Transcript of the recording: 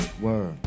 word